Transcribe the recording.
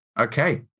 okay